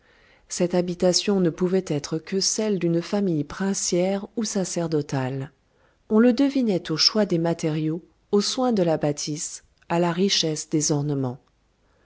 cette habitation ne pouvait être que celle d'une famille princière ou sacerdotale on le devinait au choix des matériaux au soin de la bâtisse à la richesse des ornements